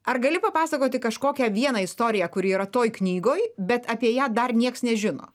ar gali papasakoti kažkokią vieną istoriją kuri yra toj knygoj bet apie ją dar nieks nežino